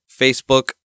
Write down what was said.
Facebook